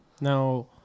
Now